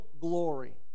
glory